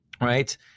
right